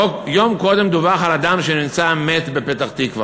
יום קודם דווח על אדם שנמצא מת בפתח-תקווה.